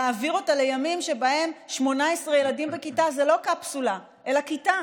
להעביר אותה לימים שבהם 18 ילדים בכיתה זה לא קפסולה אלא כיתה